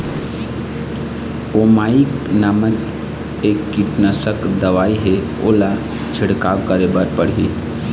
भांटा मे कड़हा होअत हे ओकर बर का दवई ला डालबो?